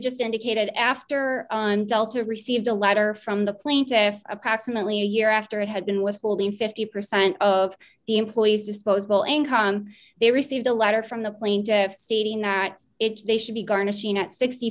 just indicated after on delta received a letter from the plaintiff approximately a year after i had been withholding fifty percent of the employee's disposable income they received a letter from the plaintiff stating that it's they should be garnishing at sixty